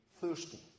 thirsty